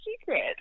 secret